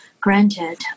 granted